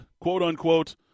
quote-unquote